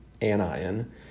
anion